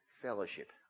fellowship